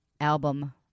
album